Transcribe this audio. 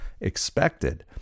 expected